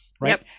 Right